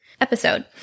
episode